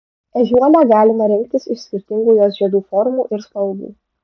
ežiuolę galima rinktis iš skirtingų jos žiedų formų ir spalvų